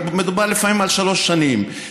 מדובר לפעמים על שלוש שנים,